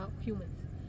humans